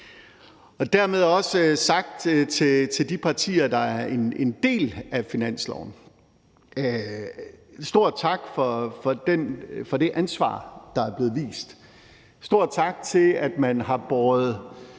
Dermed også sagt til de partier, der er en del af finansloven: Der skal lyde en stor tak for det ansvar, der er blevet vist, en stor tak for, at man også har båret